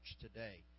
today